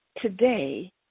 today